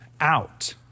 out